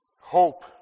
Hope